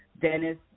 Dennis